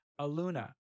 Aluna